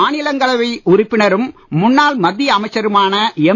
மாநிலங்களவை உறுப்பினரும் முன்னாள் மத்திய அமைச்சருமான எம்